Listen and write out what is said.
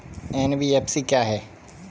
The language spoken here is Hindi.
एन.बी.एफ.सी क्या है?